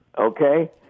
Okay